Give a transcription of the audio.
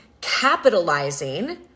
capitalizing